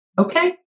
Okay